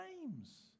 names